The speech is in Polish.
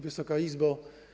Wysoka Izbo!